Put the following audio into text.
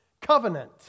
covenant